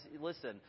listen